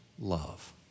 love